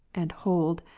and hold,